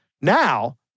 Now